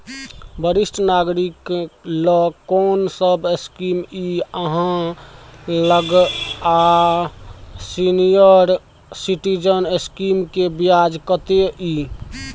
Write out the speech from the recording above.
वरिष्ठ नागरिक ल कोन सब स्कीम इ आहाँ लग आ सीनियर सिटीजन स्कीम के ब्याज कत्ते इ?